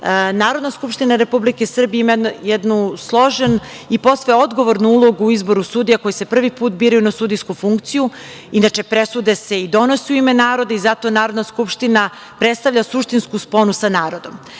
Narodna skupština Republike Srbije ima jednu složenu i posve odgovornu ulogu u izboru sudija koji se prvi put biraju na sudijsku funkciju. Inače, presude se i donose u ime naroda i zato Narodna skupština predstavlja suštinsku sponu sa